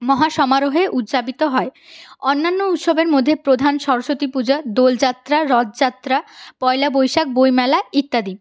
মহা সমারোহে উদযাপিত হয় অন্যান্য উৎসবের মধ্যে প্রধান সরস্বতী পূজা দোল যাত্রা রথ যাত্রা পয়লা বৈশাখ বই মেলা ইত্যাদি